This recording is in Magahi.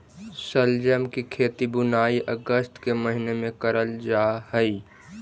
शलजम की खेती बुनाई अगस्त के महीने में करल जा हई